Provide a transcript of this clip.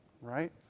right